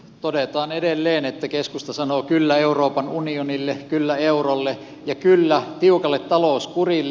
todetaan edelleen että keskusta sanoo kyllä euroopan unionille kyllä eurolle ja kyllä tiukalle talouskurille